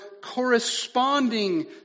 corresponding